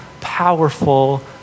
powerful